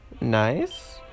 Nice